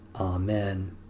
Amen